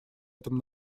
этом